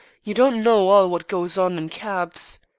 you don't know all wot goes on in kebs.